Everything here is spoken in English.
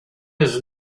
his